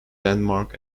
denmark